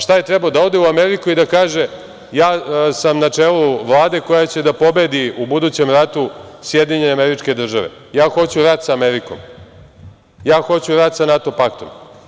Šta je trebao, da ode u Ameriku i da kaže - ja sam na čelu Vlade koja će da pobedi u budućem ratu SAD, ja hoću rat sa Amerikom, ja hoću rat sa NATO paktom?